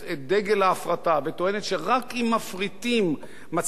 שרק אם מפריטים מצליחים להיטיב את השירותים,